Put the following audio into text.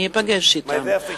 אני אפגש אתם,